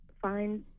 Find